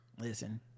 Listen